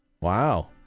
Wow